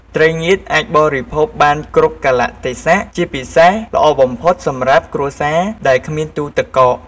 ត្រីងៀតអាចបរិភោគបានគ្រប់កាលៈទេសៈ ជាពិសេសល្អបំផុតសម្រាប់គ្រួសារដែលគ្មានទូទឹកកក។